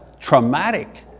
traumatic